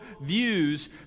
views